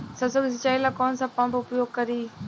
सरसो के सिंचाई ला कौन सा पंप उपयोग करी?